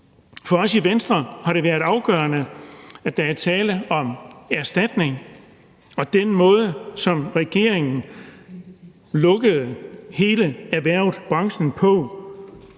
For os i Venstre har det været afgørende, at der er tale om erstatning. Den måde, regeringen lukkede hele erhvervet, branchen på,